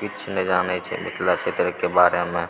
किछु नहि जानैत छै मिथिला क्षेत्रके बारेमे